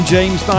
James